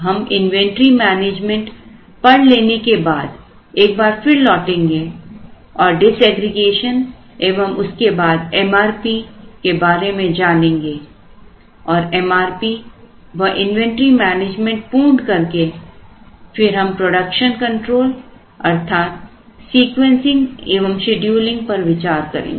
हम inventory management पढ़ लेने के बाद एक बार फिर लौटेंगे और डिसएग्रीगेशन एवं उसके बाद MRP के बारे में जानेंगे और MRP व इन्वेंटरी मैनेजमेंट पूर्ण करके फिर हम प्रोडक्शन कंट्रोल अर्थात sequencing and scheduling Sequencing Scheduling पर विचार करेंगे